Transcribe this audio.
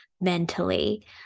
mentally